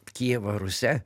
kijevo rusia